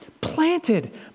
planted